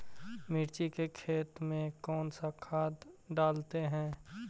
मिर्ची के खेत में कौन सा खाद डालते हैं?